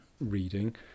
reading